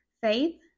faith